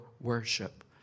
worship